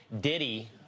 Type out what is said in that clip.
Diddy